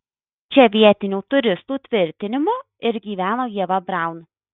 čia vietinių turistų tvirtinimu ir gyveno ieva braun